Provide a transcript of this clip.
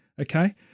okay